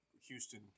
Houston